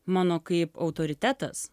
mano kaip autoritetas